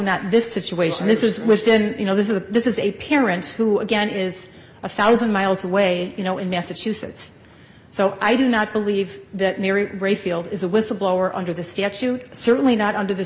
not this situation this is within you know this is a this is a parent who again is a one thousand miles away you know in massachusetts so i do not believe that mary rayfield is a whistleblower under the statute certainly not under the